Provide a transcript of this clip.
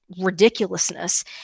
ridiculousness